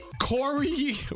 Corey